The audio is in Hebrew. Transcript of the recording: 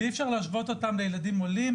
ואי אפשר להשוות אותם לילדים עולים,